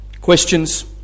questions